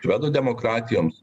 švedų demokratijoms